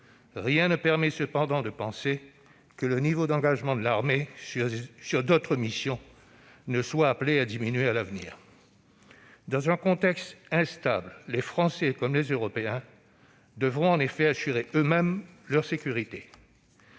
rien ne permet cependant de penser que le niveau d'engagement de l'armée sur d'autres missions est appelé à diminuer à l'avenir. Dans un contexte instable, les Français comme les Européens devront en effet assurer eux-mêmes leur sécurité.